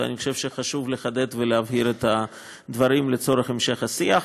ואני חושב שחשוב לחדד ולהבהיר את הדברים לצורך המשך השיח.